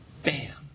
bam